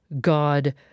God